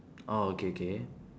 orh okay okay